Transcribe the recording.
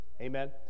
Amen